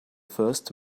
first